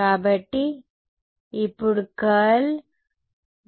కాబట్టి ఇప్పుడు కర్ల్